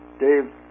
Dave